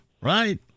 right